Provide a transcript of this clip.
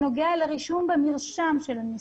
בנוגע לרישום במרשם של הנישואים,